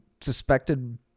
suspected